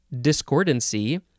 discordancy